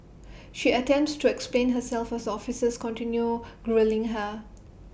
she attempts to explain herself as the officers continue grilling her